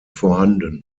vorhanden